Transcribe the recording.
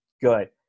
good